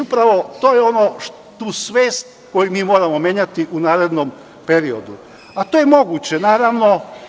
Upravo tu svest mi moramo menjati unarednom periodu, a to je moguće, naravno.